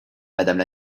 madame